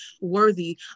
worthy